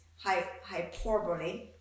hyperbole